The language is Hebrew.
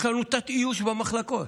יש לנו תת-איוש במחלקות.